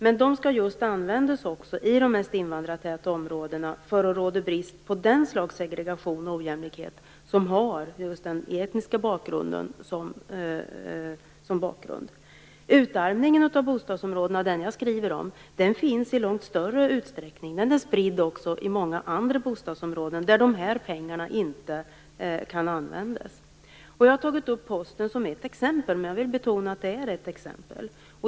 Men de skall just användas i de mest invandrartäta områdena för att råda bot på den slags segregation och ojämlikhet som har etnisk bakgrund. Den utarmning av bostadsområdena som jag skriver om finns i långt större utsträckning. Den är spridd också i många andra bostadsområden, där de här pengarna inte kan användas. Jag har tagit upp Posten som ett exempel. Men jag vill betona att det är ett exempel.